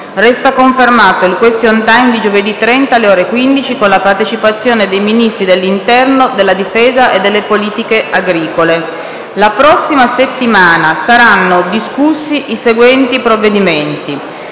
Resta confermato il *question time* di giovedì 30, alle ore 15, con la partecipazione dei Ministri dell'interno, della difesa e delle politiche agricole. La prossima settimana saranno discussi i seguenti provvedimenti: